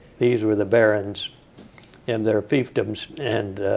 these were the barons in their fiefdoms. and